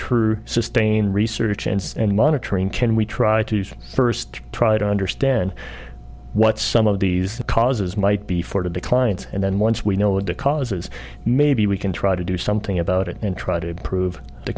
true sustained research and monitoring can we try to see first try to understand what some of these causes might be for the clients and then once we know what the causes maybe we can try to do something about it and try to improve the